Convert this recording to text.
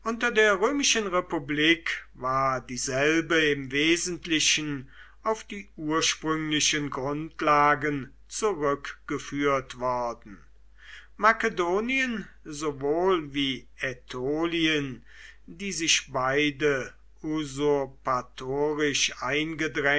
unter der römischen republik war dieselbe im wesentlichen auf die ursprünglichen grundlagen zurückgeführt worden makedonien sowohl wie ätolien die sich beide usurpatorisch